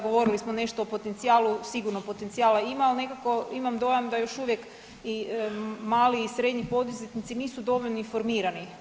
Govorili smo nešto o potencijalu, sigurno potencijala ima ali nekako imam dojam da još uvijek i mali i srednji poduzetnici nisu dovoljno informirani.